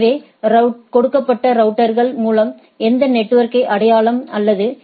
எனவே கொடுக்கப்பட்ட ரவுட்டர்கள் மூலம் எந்த நெட்வொர்க்கை அடையலாம் அல்லது எ